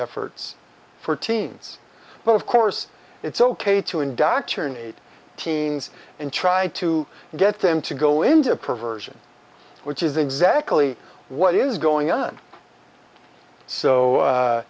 efforts for teens but of course it's ok to indoctrinate teens and try to get them to go into perversion which is exactly what is going on so